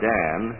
Dan